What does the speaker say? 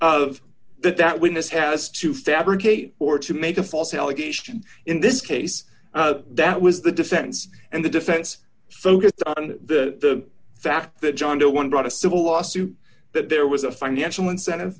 of that that when this has to fabricate or to make a false allegation in this case that was the defense and the defense focused on the fact that john doe one brought a civil lawsuit that there was a financial incentive